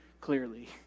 clearly